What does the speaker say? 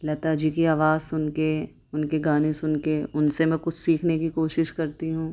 لتا جی کی آواز سن کے ان کے گانے سن کے ان سے میں کچھ سیکھنے کی کوشش کرتی ہوں